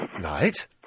Right